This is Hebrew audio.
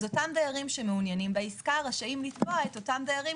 אז אותם דיירים שמעוניינים בעסקה רשאים לתבוע את אותם דיירים